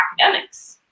academics